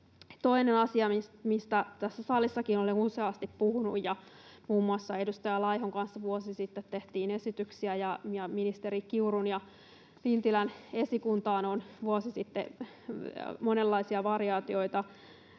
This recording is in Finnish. Toinen asia, mistä tässä salissakin olen useasti puhunut ja muun muassa edustaja Laihon kanssa vuosi sitten tehtiin esityksiä ja ministeri Kiurun ja ministeri Lintilän esikuntaan on vuosi sitten monenlaisia variaatioita